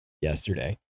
yesterday